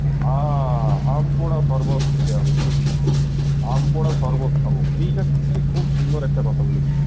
হাঁ আম পোড়া শরবত খেতে হবে ঠিক আম পোড়া শরবত খাবো এইটা তুই খুব সুন্দর একটা কথা বলেছিস